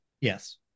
Yes